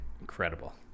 Incredible